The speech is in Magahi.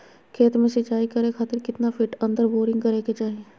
खेत में सिंचाई करे खातिर कितना फिट अंदर बोरिंग करे के चाही?